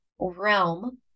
realm